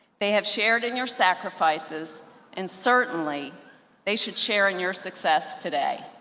they have shared in your sacrifices and certainly they should share in your success today.